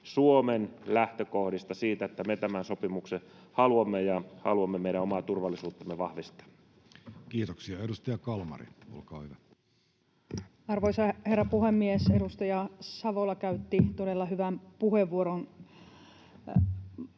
Suomen lähtökohdista, siitä, että me tämän sopimuksen haluamme ja haluamme meidän omaa turvallisuuttamme vahvistaa. Kiitoksia. — Edustaja Kalmari, olkaa hyvä. Arvoisa herra puhemies! Edustaja Savola käytti todella hyvän puheenvuoron.